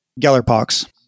Gellerpox